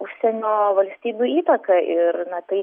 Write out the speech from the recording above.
užsienio valstybių įtaka ir na tai